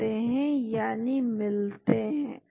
तो C है 6 A है138 6 तो आप इसको 04 पाने के लिए कर सकते हैं